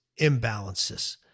imbalances